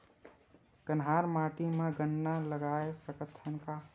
कन्हार माटी म गन्ना लगय सकथ न का?